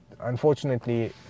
unfortunately